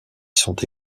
sont